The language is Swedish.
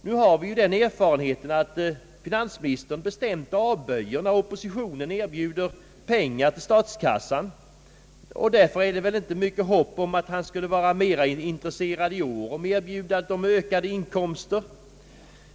Vi har den erfarenheten att finansministern bestämt avböjer när oppositionen erbjuder pengar till statskassan, och därför är det väl inte mycket hopp om att han skulle vara mera intresserad i år om vi erbjuder ökade inkomster.